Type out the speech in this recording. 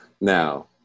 Now